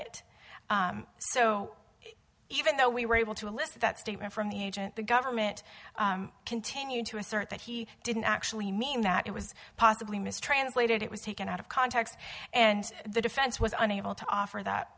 it so even though we were able to elicit that statement from the agent the government continue to assert that he didn't actually mean that it was possibly mistranslated it was taken out of context and the defense was unable to offer that